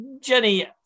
jenny